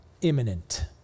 imminent